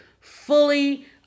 fully